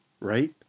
Right